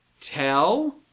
tell